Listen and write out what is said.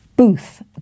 Booth